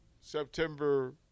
September